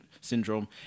syndrome